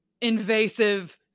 invasive